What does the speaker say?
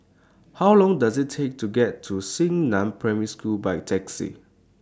How Long Does IT Take to get to Xingnan Primary School By Taxi